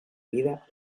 vida